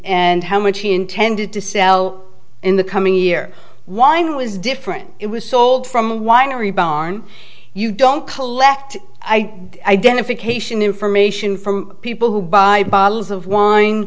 and how much he intended to sell in the coming year wine was different it was sold from a winery barn you don't collect my identification information from people who buy bottles of wine